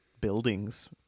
buildings